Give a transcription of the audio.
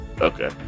Okay